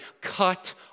cut